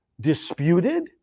disputed